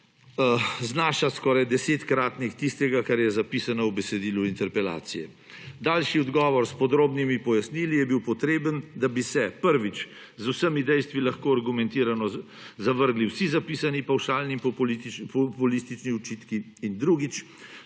znaša skoraj desetkratnik tistega, kar je zapisano v besedilu interpelacije. Daljši odgovor s podrobnimi pojasnili je bil potreben, da bi se, prvič, z vsemi dejstvi lahko argumentirano zavrgli vsi zapisani pavšalni in populistični očitki, in drugič,